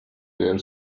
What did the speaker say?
their